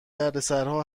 دردسرا